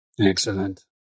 Excellent